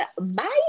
bye